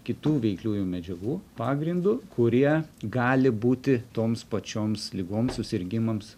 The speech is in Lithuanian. kitų veikliųjų medžiagų pagrindu kurie gali būti toms pačioms ligoms susirgimams